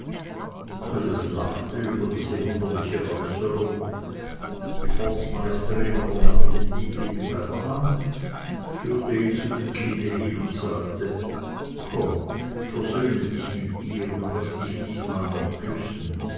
alles lachte über diese wunderliche äußerung die forstmeisterin aber nahm den dietegen bei der hand führte ihn zu dem kinde hin und sagte komm versöhne dich mit ihr und laß dich diesmal noch küssen